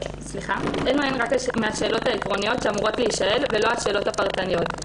אלו הן רק השאלות העקרוניות שאמורות להישאל ולא השאלות הפרטניות.